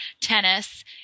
tennis